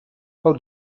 how